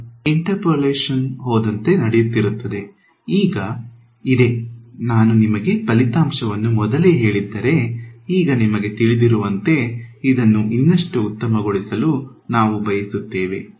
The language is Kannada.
ಇದು ಇಂಟರ್ಪೋಲೇಷನ್ ಹೋದಂತೆ ನಡೆಯುತ್ತಿರುತ್ತದೆ ಈಗ ಇದೆ ನಾನು ನಿಮಗೆ ಫಲಿತಾಂಶವನ್ನು ಮೊದಲೇ ಹೇಳಿದ್ದರೆ ಈಗ ನಿಮಗೆ ತಿಳಿದಿರುವಂತೆ ಇದನ್ನು ಇನ್ನಷ್ಟು ಉತ್ತಮಗೊಳಿಸಲು ನಾವು ಬಯಸುತ್ತೇವೆ